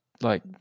like-